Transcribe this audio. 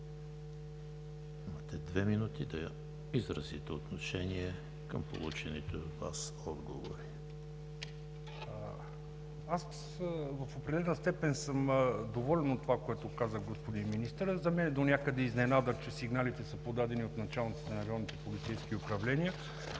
В определена степен съм доволен от това, което каза господин министърът. За мен донякъде е изненада, че сигналите са подадени от началниците на районните полицейски управления